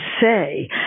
say